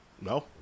No